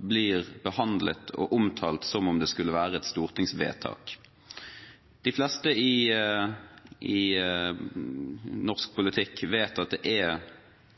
blir behandlet og omtalt som om det skulle være et stortingsvedtak. De fleste i norsk politikk vet at det er